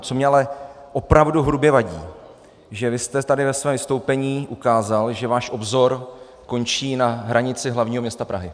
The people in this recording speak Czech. Co mi ale opravdu hrubě vadí, že vy jste tady ve svém vystoupení ukázal, že váš obzor končí na hranici hlavního města Prahy.